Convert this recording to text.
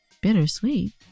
Bittersweet